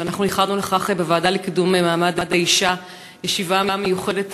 אנחנו ייחדנו לכך בוועדה לקידום מעמד האישה ישיבה מיוחדת,